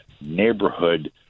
neighborhood